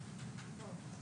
אתם לא קידמתם?